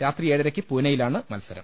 രാത്രി ഏഴരയ്ക്ക് പൂനെയിലാണ് മത്സരം